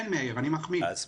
כן, מאיר, אני מחמיא, בהחלט.